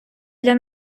для